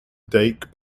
dyke